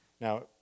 Now